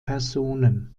personen